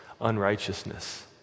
unrighteousness